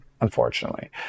unfortunately